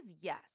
yes